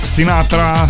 Sinatra